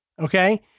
okay